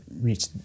reach